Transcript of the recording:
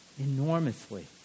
enormously